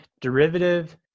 derivative